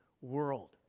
world